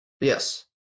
Yes